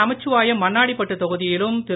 நமச்சிவாயம் மண்ணாடிப்பட்டு தொகுதியிலும் திரு